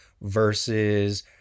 versus